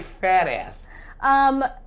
fat-ass